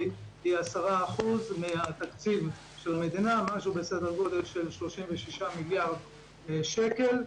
היא 10% מתקציב המדינה כ-36 מיליארד שקל.